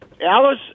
Alice